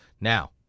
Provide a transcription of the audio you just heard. Now